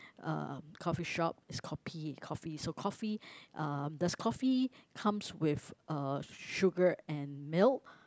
uh coffee shop is kopi coffee so coffee uh does coffee come with uh sugar and milk